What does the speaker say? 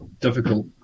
difficult